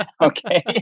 okay